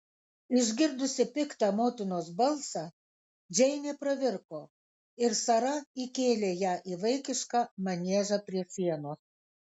išgirdusi piktą motinos balsą džeinė pravirko ir sara įkėlė ją į vaikišką maniežą prie sienos